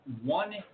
one